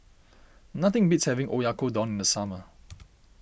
nothing beats having Oyakodon in the summer